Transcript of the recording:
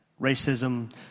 Racism